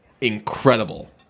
incredible